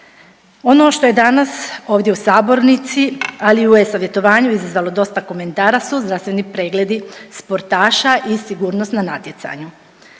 Ono što je danas ovdje u sabornici, ali i u e-savjetovanju izazvalo dosta komentara su zdravstveni pregledi sportaša i sigurnost na natjecanju.